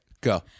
go